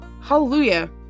hallelujah